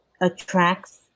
attracts